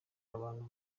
abantu